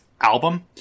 album